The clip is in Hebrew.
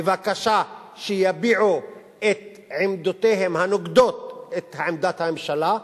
בבקשה שיביעו את עמדותיהם הנוגדות את עמדת הממשלה,